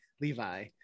Levi